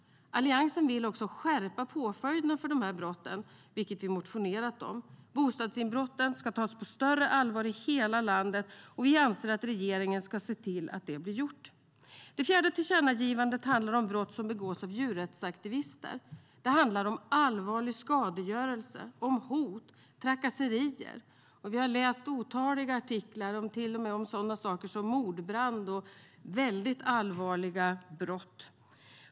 Alliansen vill också skärpa påföljderna för de här brotten, vilket vi motionerat om. Bostadsinbrotten ska tas på större allvar i hela landet. Vi anser att regeringen ska se till att det blir gjort. Det fjärde tillkännagivandet handlar om brott som begås av djurrättsaktivister. Det handlar om allvarlig skadegörelse, om hot och trakasserier. Vi har läst otaliga artiklar, till och med om sådana saker som mordbrand och andra väldigt allvarliga brott.